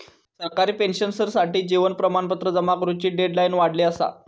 सरकारी पेंशनर्ससाठी जीवन प्रमाणपत्र जमा करुची डेडलाईन वाढवली असा